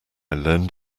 learned